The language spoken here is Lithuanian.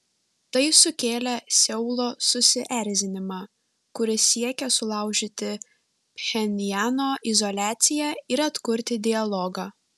tai sukėlė seulo susierzinimą kuris siekia sulaužyti pchenjano izoliaciją ir atkurti dialogą